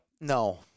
No